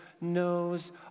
knows